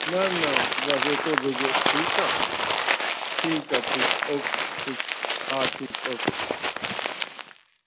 न न बसि एतिरो भेजियो ठीकु आहे ठीकु आहे ठीकु आहे ओके ठीकु हा ठीकु ओके